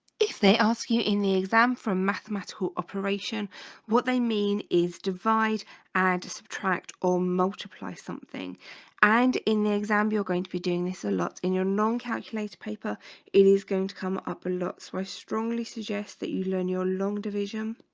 if they asked you in the exam for mathematical operation what they mean is divide add subtract or multiply something and in the exam you're going to be doing this a lot in your non calculator paper it is going to come up a lot so i strongly suggest that you learn your long division